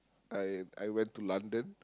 I I went to London